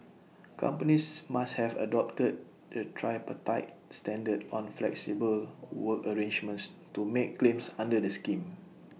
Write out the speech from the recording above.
companies must have adopted the tripartite standard on flexible work arrangements to make claims under the scheme